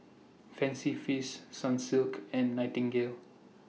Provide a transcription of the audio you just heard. Fancy Feast Sunsilk and Nightingale